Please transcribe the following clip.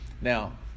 Now